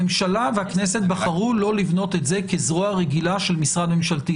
הממשלה והכנסת בחרו לא לבנות את זה כזרוע רגילה של משרד ממשלתי.